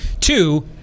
Two